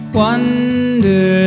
wonder